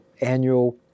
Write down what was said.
annual